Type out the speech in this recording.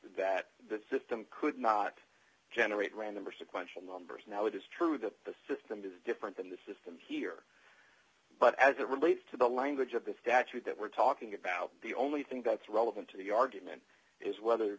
that the system could not generate random or sequential numbers now it is true that the system is different than the system here but as it relates to the language of the statute that we're talking about the only thing that's relevant to the argument is whether